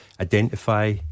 identify